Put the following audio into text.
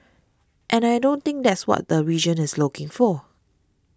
and I don't think that's what the region is looking for